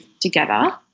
together